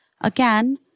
Again